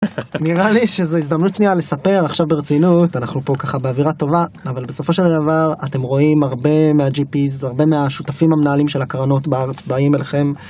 נראה לי שזו הזדמנות שנייה לספר עכשיו ברצינות אנחנו פה ככה באווירה טובה אבל בסופו של דבר אתם רואים הרבה מה-GPs הרבה מהשותפים המנהלים של הקרנות בארץ באים אליכם.